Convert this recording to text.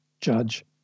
judge